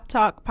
Talk